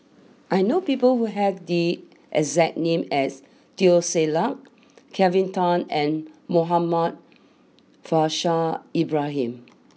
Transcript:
I know people who have the exact name as Teo Ser Luck Kelvin Tan and Muhammad Faishal Ibrahim